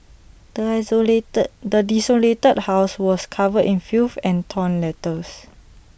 the isolated the desolated house was covered in filth and torn letters